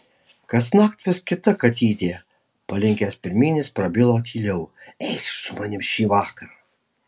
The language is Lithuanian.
kasnakt vis kita katytė palinkęs pirmyn jis prabilo tyliau eikš su manimi šįvakar